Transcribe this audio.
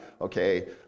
okay